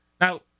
Now